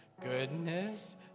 goodness